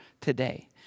today